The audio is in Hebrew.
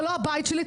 זה לא הבית שלי,